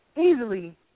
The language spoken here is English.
easily